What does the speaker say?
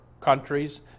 countries